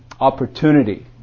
opportunity